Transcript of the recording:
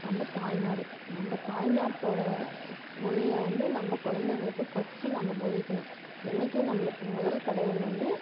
நம்ம தாய்நாடு நம்ம தாய்நாட்டோடய மொழியை வந்து நம்ம குழந்தைகளுக்கு ஃபர்ஸ்ட் நம்ம போதிக்கணும் என்றைக்கும் நம்மளுக்கு முதல் கடவுள் வந்து